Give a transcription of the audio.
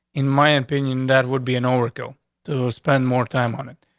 in my opinion, that would be an oracle to spend more time on it.